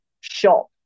shop